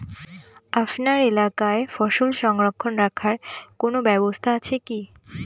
আপনার এলাকায় ফসল সংরক্ষণ রাখার কোন ব্যাবস্থা আছে কি?